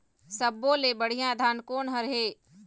सब्बो ले बढ़िया धान कोन हर हे?